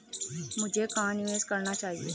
मुझे कहां निवेश करना चाहिए?